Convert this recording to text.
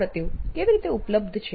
સુપ્રતિવ કેવી રીતે ઉપલબ્ધ છે